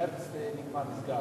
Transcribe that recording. מרס נגמר, נסגר.